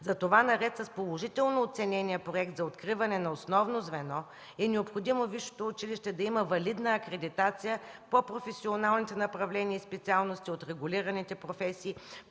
Затова наред с положително оценения проект за откриване на основно звено е необходимо висшето училище да има валидна акредитация по професионалните направления и специалности от регулираните професии,